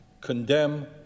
condemn